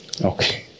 Okay